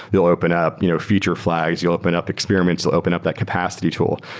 you'll open up you know feature flags. you'll open up experiments. you'll open up that capacity tool,